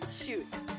shoot